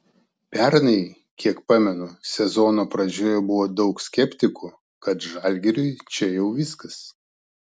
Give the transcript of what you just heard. pernai kiek pamenu sezono pradžioje buvo daug skeptikų kad žalgiriui čia jau viskas